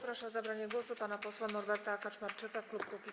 Proszę o zabranie głosu pana posła Norberta Kaczmarczyka, klub Kukiz’15.